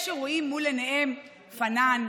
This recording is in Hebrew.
יש שרואים מול עיניהם פנאן,